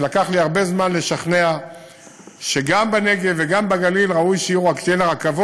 שלקח לי הרבה זמן לשכנע שגם בנגב וגם בגליל ראוי שיהיו רכבות